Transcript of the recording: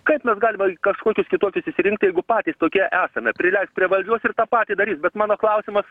kaip mes galima kažkokius kitokius išsirinkt jeigu patys tokie esame prileisk prie valdžios ir tą patį darys bet mano klausimas